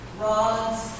rods